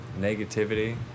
negativity